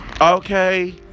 okay